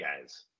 guys